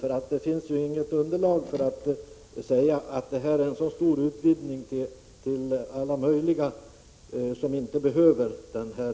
Det finns nämligen inte något underlag för att säga att reservationen innebär en stor utvidgning och gäller alla möjliga som inte behöver tjänstebil.